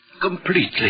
completely